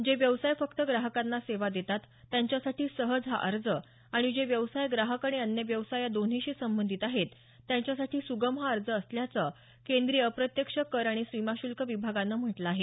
जे व्यवसाय फक्त ग्राहकांना सेवा देतात त्यांच्या साठी सहज हा अर्ज आणि जे व्यवसाय ग्राहक आणि अन्य व्यवसाय या दोन्हीशी संबधीत आहेत त्यांच्यासाठी सुगम हा अर्ज असल्याचं केंद्रीय अप्रत्यक्ष कर आणि सीमाशुल्क विभागानं म्हटलं आहे